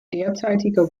derzeitiger